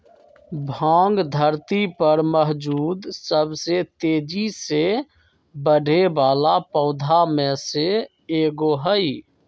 भांग धरती पर मौजूद सबसे तेजी से बढ़ेवाला पौधा में से एगो हई